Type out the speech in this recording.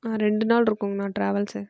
ஆ ரெண்டு நாள் இருக்குங்கண்ணா ட்ராவல்ஸு